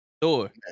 Door